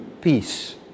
peace